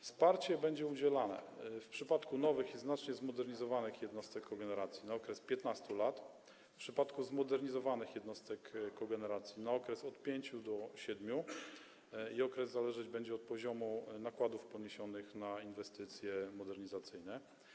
Wsparcie będzie udzielane w przypadku nowych i znacznie zmodernizowanych jednostek kogeneracji na okres 15 lat, a w przypadku zmodernizowanych jednostek kogeneracji na okres od 5 do 7 lat - okres ten zależeć będzie od poziomu nakładów poniesionych na inwestycje modernizacyjne.